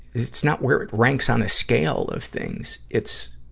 it's not where it ranks on a scale of things. it's,